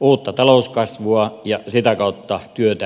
uutta talouskasvua ja sitä kautta työtä ihmisille